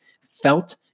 felt